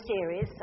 series